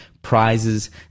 Prizes